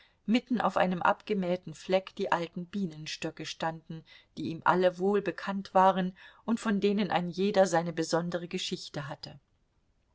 mitten auf einem abgemähten fleck die alten bienenstöcke standen die ihm alle wohlbekannt waren und von denen ein jeder seine besondere geschichte hatte